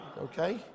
Okay